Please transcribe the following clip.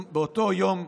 באותו יום,